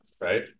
right